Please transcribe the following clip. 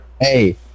Hey